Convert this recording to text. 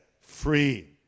free